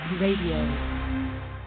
Radio